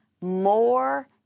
more